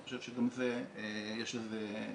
אני חושב שגם לזה יש משמעות.